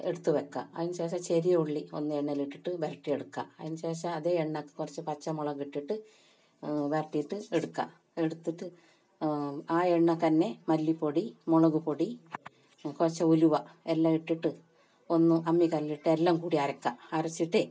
എടുത്ത് വയ്ക്കുക അതിന് ശേഷം ചെറിയ ഉള്ളി ഒന്ന് എണ്ണയിലിട്ടിട്ട് വഴറ്റി എടുക്കുക അതിന് ശേഷം അത് എണ്ണക്ക് കുറച്ചു പച്ചമുളക് ഇട്ടിട്ട് വരറ്റിയിട്ട് എടുക്കുക എടുത്തിട്ട് ആ എണ്ണ തന്നെ മല്ലിപ്പൊടി മുളക് പൊടി കുറച്ച് ഉലുവ എല്ലാം ഇട്ടിട്ട് ഒന്ന് അമ്മിക്കല്ലിട്ട് എല്ലാം കൂടി അരക്കുക അരച്ചിട്ട്